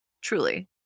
truly